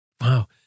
Wow